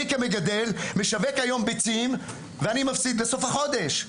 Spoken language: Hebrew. אני כמגדל משווק היום ביצים ואני מפסיד בסוף החודש.